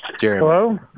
Hello